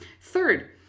Third